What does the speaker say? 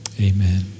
Amen